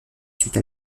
suite